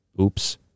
Oops